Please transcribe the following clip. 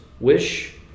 wish